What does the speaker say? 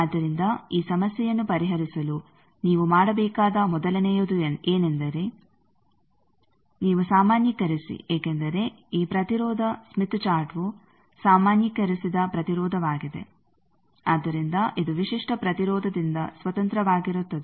ಆದ್ದರಿಂದ ಈ ಸಮಸ್ಯೆಯನ್ನು ಪರಿಹರಿಸಲು ನೀವು ಮಾಡಬೇಕಾದ ಮೊದಲನೆಯದು ಏನೆಂದರೆ ನೀವು ಸಾಮಾನ್ಯೀಕರಿಸಿ ಏಕೆಂದರೆ ಈ ಪ್ರತಿರೋಧ ಸ್ಮಿತ್ ಚಾರ್ಟ್ವು ಸಾಮಾನ್ಯೀಕರಿಸಿದ ಪ್ರತಿರೋಧವಾಗಿದೆ ಆದ್ದರಿಂದ ಇದು ವಿಶಿಷ್ಟ ಪ್ರತಿರೋಧದಿಂದ ಸ್ವತಂತ್ರವಾಗಿರುತ್ತದೆ